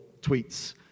tweets